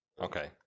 Okay